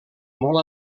molt